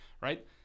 Right